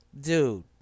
dude